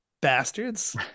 Bastards